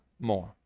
more